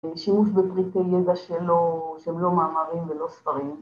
שימוש בפריטי ידע שהם לא מאמרים ולא ספרים